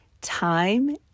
Time